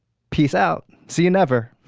peace out. see you never?